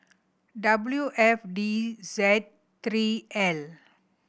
W F D Z three L